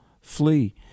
flee